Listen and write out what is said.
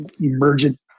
emergent